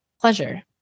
Pleasure